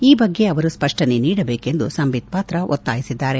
ಈ ಬಗ್ಗೆ ಅವರು ಸ್ಪಷ್ಟನೆ ನೀಡಬೇಕು ಎಂದು ಸಂಬಿತ್ ಪಾತ್ರಾ ಒತ್ತಾಯಿಸಿದ್ದಾರೆ